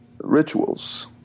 rituals